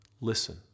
Listen